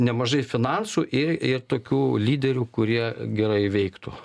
nemažai finansų ir ir tokių lyderių kurie gerai veiktų